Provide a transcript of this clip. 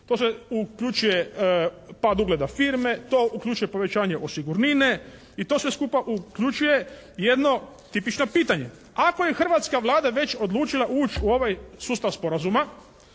to uključuje pad ugleda firme, to uključuje povećanje osiguranine i to sve skupa uključuje jedno tipično pitanje. Ako je hrvatska Vlada već odlučila ući u ovaj sustav sporazuma,